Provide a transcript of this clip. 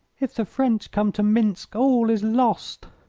if the french come to minsk all is lost.